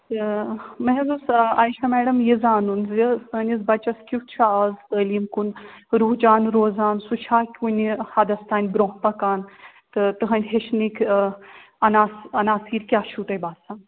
تہٕ مےٚ حظ اوس آیشا میڈم یہِ زانُن زِ سٲنِس بَچَس کٮُ۪تھ چھُ اَز تعلیٖم کُن رُجحان روزان سُہ چھا کُنہِ حَدس تانۍ برٛونٛہہ پَکان تہٕ تُہٕنٛدۍ ہیٚچھنٕکۍ آ عنا عناصر کیٛاہ چھُو تۄہہِ باسان